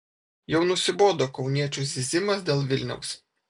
jau nusibodo kauniečių zyzimas dėl vilniaus